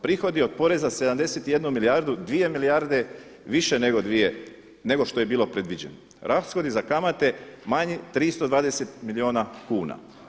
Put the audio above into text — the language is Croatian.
Prihodi od poreza 71 milijardu, 2 milijarde više nego što je bilo predviđeno, rashodi za kamate manji 320 milijuna kuna.